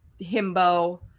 himbo